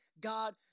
God